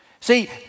See